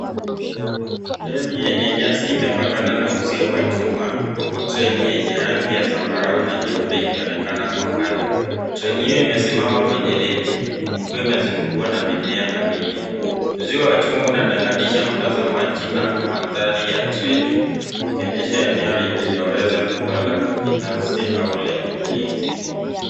Reli yenye nyasi imepakana na uzio wa chuma huku treni yenye rangi ya zambarau na nyeupe ikionekana kwa mbali. Treni hiyo imesimama kwenye reli, ikiwa imezungukwa na mimea na miti. Uzio wa chuma unatengenisha mtazamaji na mandhari ya treni, ikionyesha eneo lilliloweza kuwa la kibinafsi au lenye ulinzi.